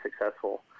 successful